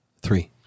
Three